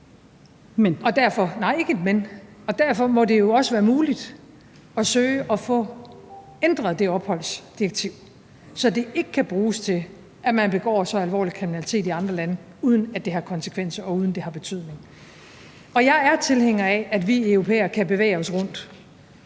og derfor må det jo også være muligt at søge at få ændret opholdsdirektivet, så det ikke kan bruges til, at man begår så alvorlig kriminalitet i andre lande, uden at det har konsekvenser, og uden at det har en betydning. Jeg er tilhænger af, at vi europæere kan bevæge os rundt,